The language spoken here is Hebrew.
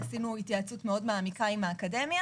עשינו התייעצות מאוד מעמיקה עם האקדמיה